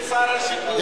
של שר השיכון,